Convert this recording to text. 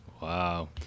Wow